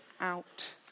out